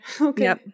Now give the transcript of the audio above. Okay